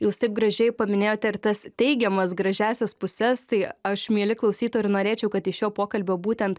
jūs taip gražiai paminėjote ir tas teigiamas gražiąsias puses tai aš mieli klausytojai ir norėčiau kad iš šio pokalbio būtent